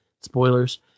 Spoilers